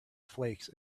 flakes